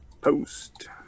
Post